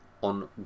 on